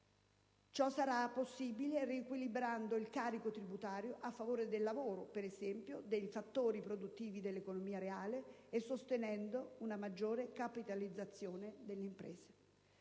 Ciò sarà possibile riequilibrando il carico tributario a favore del lavoro, per esempio, dei fattori produttivi dell'economia reale e sostenendo una maggiore capitalizzazione delle imprese.